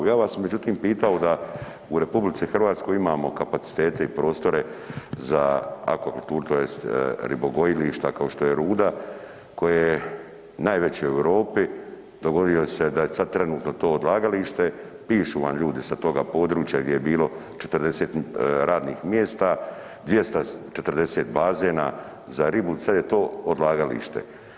Ja bi vas međutim pitao da u RH imamo kapacitete i prostore za akvakulturu tj. ribogojilišta kao što je Ruda, koje je najveće u Europi, dogodio se da je sad trenutno odlagalište, pišu vam ljudi sa toga područja gdje je bilo 40 radnih mjesta, 240 bazena za ribu, sad je to odlagalište.